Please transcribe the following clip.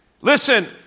Listen